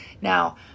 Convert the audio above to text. Now